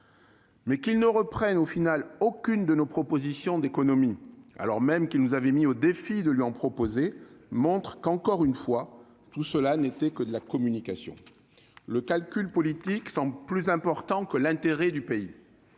Qu'il ne reprenne finalement aucune de nos propositions d'économies, alors même qu'il nous avait mis au défi de lui en proposer, montre que, encore une fois, tout cela n'était que de la communication. Les calculs politiques semblent plus importants que l'intérêt du pays.